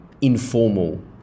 informal